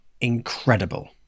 incredible